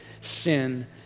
sin